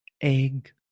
egg